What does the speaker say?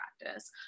practice